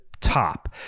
top